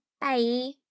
Bye